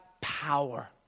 power